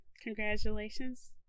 congratulations